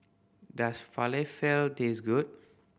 does Falafel taste good